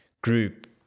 group